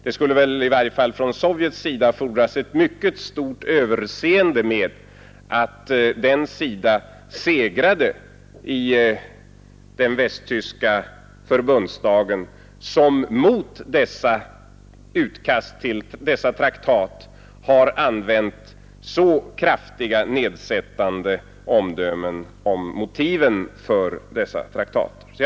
Det skulle väl i varje fall från Sovjets sida fordras ett mycket stort överseende med att den sida segrade i den västtyska förbundsdagen, som mot utkasten till dessa traktat har använt så kraftigt nedsättande omdömen om motiven för traktaten.